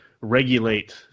regulate